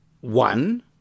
one